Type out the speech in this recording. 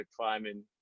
climbing